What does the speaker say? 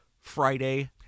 Friday